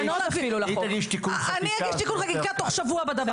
אני אגיש תיקון חקיקה תוך שבוע בדבר הזה.